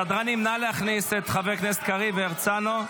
סדרנים, נא להכניס את חברי הכנסת קריב והרצנו.